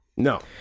no